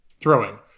throwing